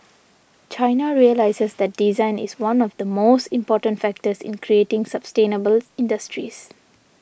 China realises that design is one of the most important factors in creating sustainable industries